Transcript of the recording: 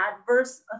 adverse